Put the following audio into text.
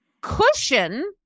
cushion